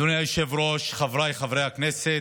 אדוני היושב-ראש, חבריי חברי הכנסת,